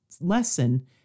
lesson